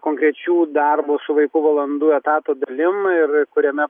konkrečių darbo su vaiku valandų etato dalim ir kuriame